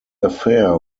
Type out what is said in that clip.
affair